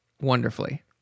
wonderfully